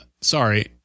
Sorry